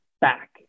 back